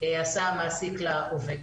שעשה המעסיק לעובד.